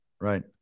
right